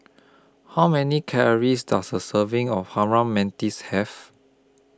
How Many Calories Does A Serving of Harum Manis Have